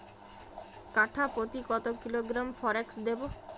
কাঠাপ্রতি কত কিলোগ্রাম ফরেক্স দেবো?